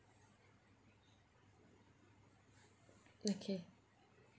okay